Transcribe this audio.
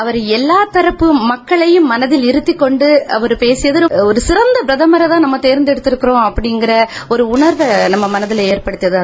அவர் எல்லா தரப்பு மக்களையும் மனதில் நிறுத்திக் கொண்டு அவர் பேசியது ஒரு சிறந்த பிரதமரை நாம தேர்ந்தெடுத்திருக்கிறோம் அப்படிகின்ற உணர்வை நம்மிடையே எற்படுத்தியிருக்காங்க